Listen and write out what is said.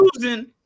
choosing